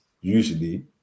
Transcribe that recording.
usually